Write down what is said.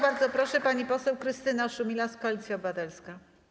Bardzo proszę, pani poseł Krystyna Szumilas, Koalicja Obywatelska.